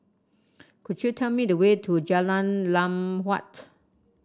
could you tell me the way to Jalan Lam Huat